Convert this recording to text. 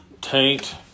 taint